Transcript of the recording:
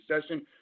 session